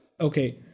Okay